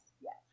yes